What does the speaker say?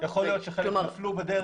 יכול להיות שחלק נפלו בדרך.